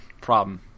problem